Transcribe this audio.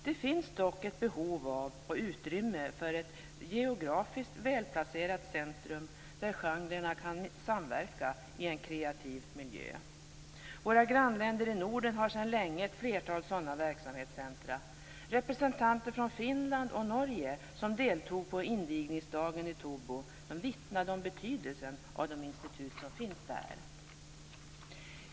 Det finns dock ett behov av och utrymme för ett geografiskt välplacerat centrum, där genrerna kan samverka i en kreativ miljö. Våra grannländer i Norden har sedan länge ett flertal sådana verksamhetscentrum. Representanter från Finland och Norge som deltog på invigningsdagen i Tobo vittnade om betydelsen av de institut som finns där.